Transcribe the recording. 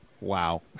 Wow